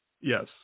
Yes